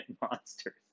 monsters